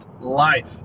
Life